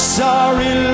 sorry